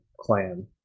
clan